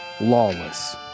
Lawless